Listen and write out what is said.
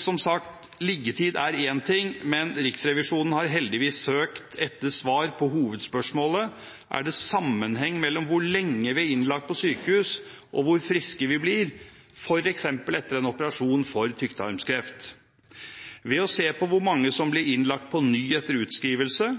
Som sagt, liggetid er en ting, men Riksrevisjonen har heldigvis søkt etter svar på hovedspørsmålet: Er det en sammenheng mellom hvor lenge vi er innlagt på sykehus, og hvor friske vi blir f.eks. etter en operasjon for tykktarmskreft? Ved å se på hvor mange som blir innlagt på ny etter utskrivelse,